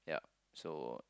yup so